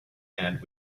and